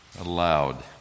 aloud